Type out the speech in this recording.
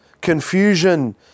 Confusion